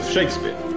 Shakespeare